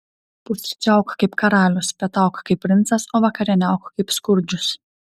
pusryčiauk kaip karalius pietauk kaip princas o vakarieniauk kaip skurdžius